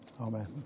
Amen